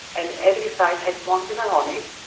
and every side has wandjina on it,